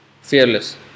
Fearless